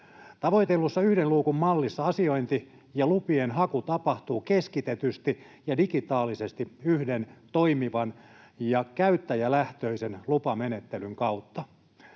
Tavoitellussa yhden luukun mallissa asiointi ja lupien haku tapahtuu keskitetysti ja digitaalisesti yhden toimivan ja käyttäjälähtöisen lupamenettelyn kautta.